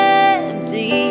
empty